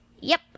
Yep